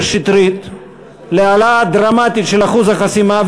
שטרית להעלאה דרמטית של אחוז החסימה,